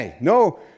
no